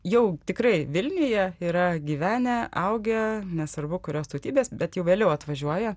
jau tikrai vilniuje yra gyvenę augę nesvarbu kurios tautybės bet jau vėliau atvažiuoja